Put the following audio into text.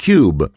Cube